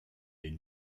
une